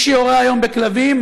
מי שיורה היום בכלבים,